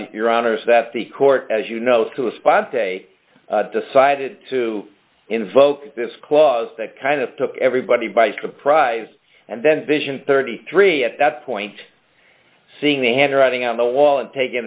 your honour's that the court as you know to a spot day decided to invoke this clause d that kind of took everybody by surprise and then vision thirty three at that point seeing the handwriting on the wall and taking